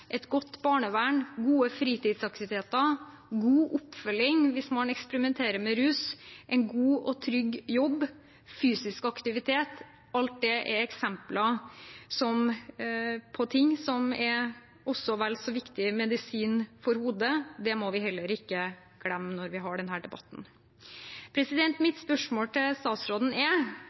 et godt barnevern, gode fritidsaktiviteter, god oppfølging hvis man eksperimenterer med rus, en god og trygg jobb, fysisk aktivitet. Alt det er eksempler på ting som også er vel så viktig medisin for hodet. Det må vi heller ikke glemme når vi har denne debatten. Mitt spørsmål til statsråden er: